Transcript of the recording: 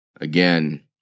Again